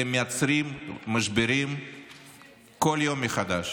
אתם מייצרים משברים בכל יום מחדש,